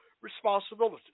responsibility